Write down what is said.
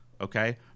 Okay